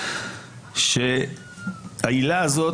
שהעילה הזאת,